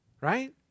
right